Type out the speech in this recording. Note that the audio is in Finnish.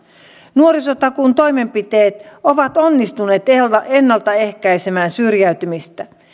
nuorisotakuun toimenpiteet ovat onnistuneet ennalta ehkäisemään syrjäytymistä